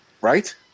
Right